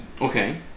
Okay